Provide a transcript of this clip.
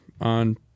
on